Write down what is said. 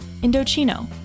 Indochino